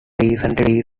recently